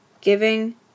giving